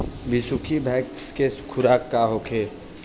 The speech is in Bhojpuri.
बिसुखी भैंस के खुराक का होखे?